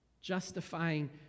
Justifying